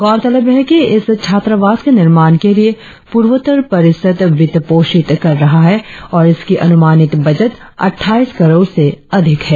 गौरतलब है कि इस छात्रावास के निर्माण के लिए पूर्वोत्तर परिषद वित्त पोषित कर रहा है और इसकी अनुमानित बजट अट़ठाईस करोड़ रुपये से अधिक है